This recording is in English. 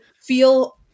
Feel